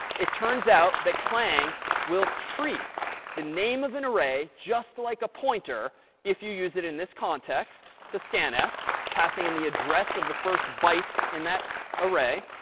it turns out that clang will treat the name of an array just like a pointer if you use it in this context to scanf, passing in the address of the first byte in that array.